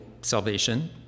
salvation